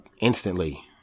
instantly